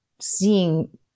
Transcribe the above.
seeing